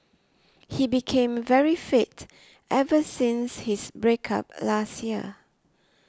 he became very fit ever since his break up last year